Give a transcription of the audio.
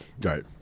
Right